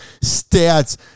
stats